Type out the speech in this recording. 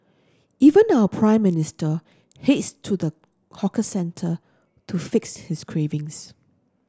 even our Prime Minister heads to the hawker centre to fix his cravings